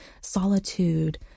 solitude